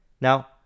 Now